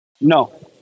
No